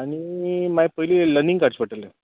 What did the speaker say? आनी मागीर पयली लनींग काडचें पडटले